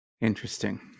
Interesting